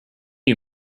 you